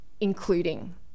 including